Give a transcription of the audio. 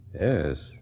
Yes